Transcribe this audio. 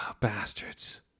bastards